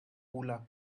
hula